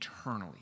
eternally